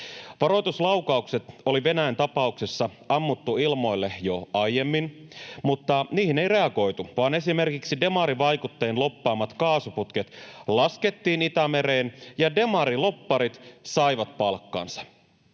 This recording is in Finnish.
Varoituslaukaukset oli Venäjän tapauksessa ammuttu ilmoille jo aiemmin, mutta niihin ei reagoitu vaan esimerkiksi demarivaikuttajien lobbaamat kaasuputket laskettiin Itämereen, ja demarilobbarit saivat palkkansa.